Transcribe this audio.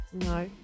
No